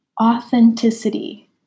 authenticity